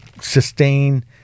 sustain—